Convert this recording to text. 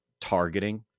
targeting